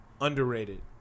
underrated